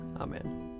Amen